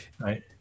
right